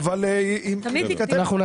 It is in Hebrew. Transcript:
12:30.